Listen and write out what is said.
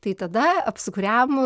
tai tada apsukriam